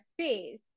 space